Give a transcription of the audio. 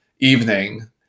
evening